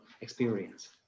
experience